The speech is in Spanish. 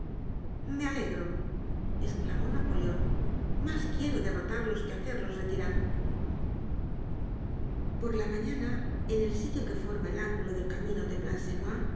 me alegro esclamó napoleon mas quiero derrotarlos que hacerlos retirar por la mañana en el sitio que forma el ángulo del camino de